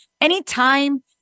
anytime